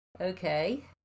Okay